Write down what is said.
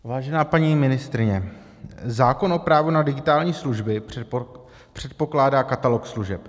Vážená paní ministryně, zákon o právu na digitální služby předpokládá katalog služeb.